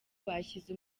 bashyize